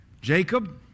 Jacob